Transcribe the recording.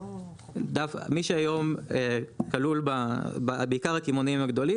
מי שהיום כלול בעיקר הקמעונאים הגדולים,